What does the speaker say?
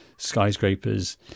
skyscrapers